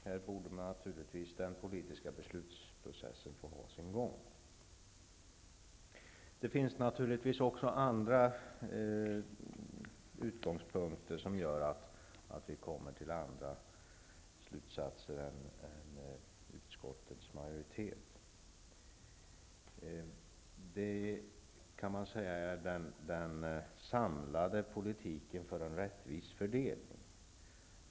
Självfallet borde den politiska beslutsprocessen få ha sin gång här. Det finns naturligtvis också andra utgångspunkter som gör att vi inte drar samma slutsatser som utskottets majoritet. Man kan säga att det handlar om en samlad politik för en rättvis fördelning.